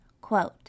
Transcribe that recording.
Quote